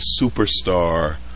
superstar